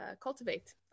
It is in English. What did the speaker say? cultivate